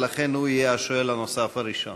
ולכן הוא יהיה השואל הנוסף הראשון.